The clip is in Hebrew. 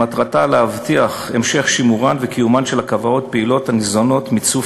שמטרתה להבטיח המשך שימורן וקיומן של כוורות פעילות הניזונות מצוף